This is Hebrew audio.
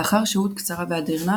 לאחר שהות קצרה באדירנה,